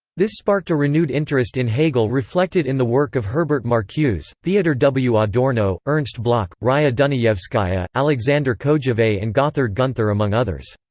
this sparked a renewed interest in hegel reflected in the work of herbert marcuse, theodor w. adorno, ernst bloch, raya dunayevskaya, alexandre kojeve and gotthard gunther among others.